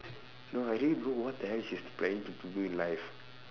no I really don't know what the hell she is planning to do in life